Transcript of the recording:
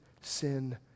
sin